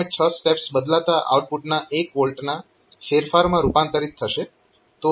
6 step બદલાતા આઉટપુટના 1 V ના ફેરફારમાં રૂપાંતરીત થશે